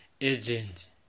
agent